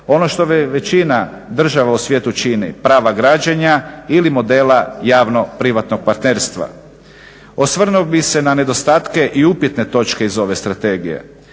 Ono što većina država u svijetu čini, prava građenja ili modela javno privatnog partnerstva. Osvrnuo bih se na nedostatke i upitne točke iz ove strategije.